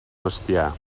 bestiar